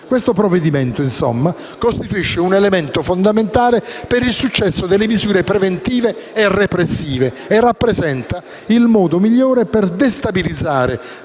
Questo provvedimento, insomma, costituisce un elemento fondamentale per il successo delle misure preventive e repressive e rappresenta il modo migliore per destabilizzare